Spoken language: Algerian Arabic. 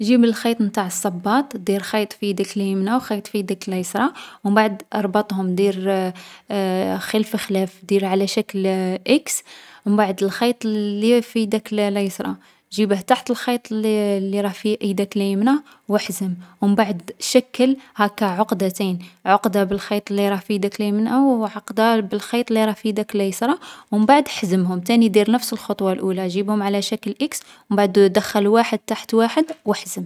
جيب الخيط نتاع الصباط دير خيط في يدك ليمنى و خيط في يدك ليسرى. و مبعد اربطهم، دير خلف خلاف. دير على شكل إكس و مبعد الخيط لي في يدك الـ ليسرى جيبه تحت الخيط لي لي راه في ايدك ليمنى و احزم. و مبعد شكل هاكا عقدتين، عقدة بالخيط لي راه في يدك ليمنى و عقدة بالخيط لي راه في يدك لَيسرى و مبعد حزمهم. تاني دير نفس الخطوة الأولى. جيبهم على شكل إكس و مبعد دخّل واحد تحت واحد و احزم.